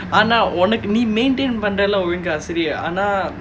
ஆனா உனக்கு நீ:aanaa unakku nee maintain பண்றேளே ஒழுங்கா சரி ஆனா:pandrelae olunga sari aanaa